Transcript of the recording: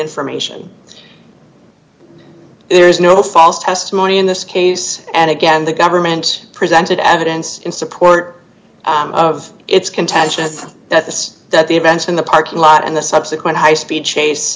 information that there is no false testimony in this case and again the government presented evidence in support of its contention is that this that the events in the parking lot and the subsequent high speed chase